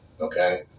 Okay